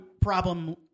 problem